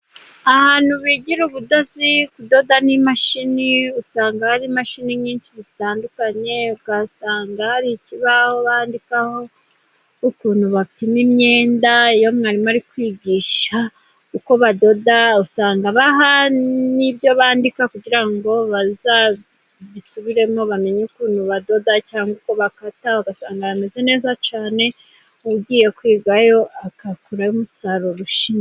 Ahantu bigira ubudozi, kudoda n'imashini usanga hari imashini nyinshi zitandukanye ukahasanga hari ikibaho bandikaho ukuntu bapima imyenda, iyo mwarimu ari kwigisha uko badoda usanga abaha n'ibyo bandika, kugira ngo bazabisubiremo bamenye ukuntu badoda cyangwa uko bakata, ugasanga bameze neza cyane ugiye kwigayo agakurayo umusaruro ushimishije.